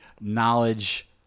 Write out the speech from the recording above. knowledge